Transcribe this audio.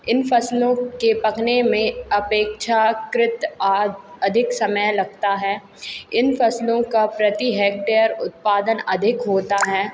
इन फ़सलों के पकने में अपेक्षाकृत आ अधिक समय लगता है इन फ़सलों का प्रति हैक्टेयर उत्पादन अधिक होता है